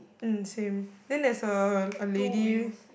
um same then there's a a lady